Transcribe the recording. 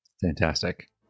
Fantastic